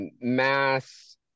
mass